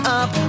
up